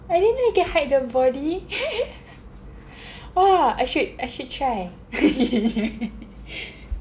I didn't know you can hide the body !wah! I should I should try